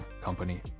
company